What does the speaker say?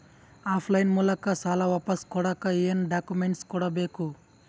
Of line ಮೂಲಕ ಸಾಲ ವಾಪಸ್ ಕೊಡಕ್ ಏನು ಡಾಕ್ಯೂಮೆಂಟ್ಸ್ ಕೊಡಬೇಕು?